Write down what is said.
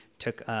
took